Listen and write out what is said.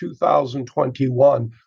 2021